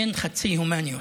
אין חצי הומניות.